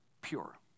pure